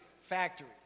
factory